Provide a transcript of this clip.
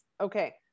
Okay